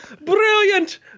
brilliant